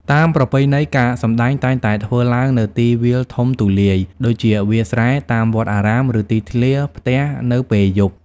តាមប្រពៃណី ការសម្តែងតែងតែធ្វើឡើងនៅទីវាលធំទូលាយ ដូចជា វាលស្រែ តាមវត្តអារាម ឬទីធ្លាផ្ទះនៅពេលយប់។